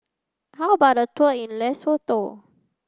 how about a tour in Lesotho